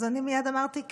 אז מייד אמרתי כן.